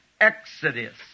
Exodus